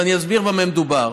ואני אסביר במה מדובר: